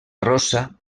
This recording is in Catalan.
rosa